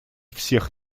всех